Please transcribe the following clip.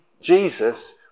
Jesus